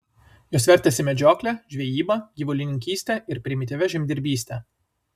jos vertėsi medžiokle žvejyba gyvulininkyste ir primityvia žemdirbyste